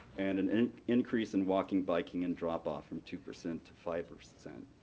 and an increase in walking, biking, and drop off from two percent to five percent.